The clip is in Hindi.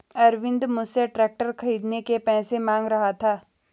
अरविंद मुझसे ट्रैक्टर खरीदने के पैसे मांग रहा था